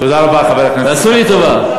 תעשו לי טובה.